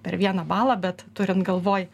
per vieną balą bet turint galvoj